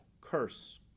curse